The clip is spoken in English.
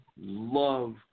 Love